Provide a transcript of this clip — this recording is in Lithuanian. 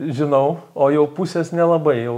žinau o jau pusės nelabai jau